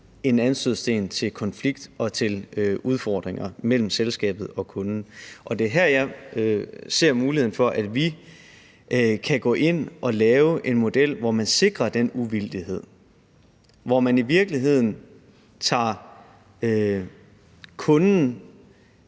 en anstødssten til konflikt og til udfordringer mellem selskabet og kunden. Det er her, jeg ser muligheden for, at vi kan gå ind og lave en model, hvor man sikrer den uvildighed, hvor man i virkeligheden tager kunden